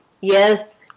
yes